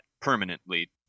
permanently